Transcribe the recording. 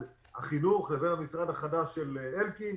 החינוך לבין המשרד החדש בראשות השר אלקין.